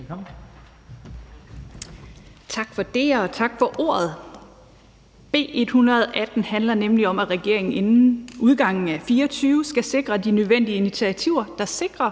Andersen (SF): Tak for ordet. B 118 handler om, at regeringen inden udgangen af 2024 skal sikre de nødvendige initiativer, der sikrer,